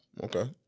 Okay